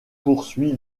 poursuit